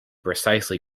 precisely